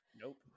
Nope